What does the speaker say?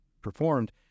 performed